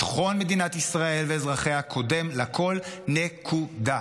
ביטחון מדינת ישראל ואזרחיה קודם לכול, נקודה.